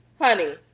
honey